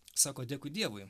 sakot dėkui dievui